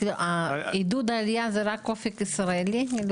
עידוד העלייה זה רק אופק ישראלי?